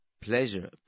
pleasure